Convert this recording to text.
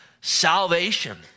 salvation